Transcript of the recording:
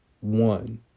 one